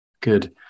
Good